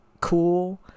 cool